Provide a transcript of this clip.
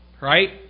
Right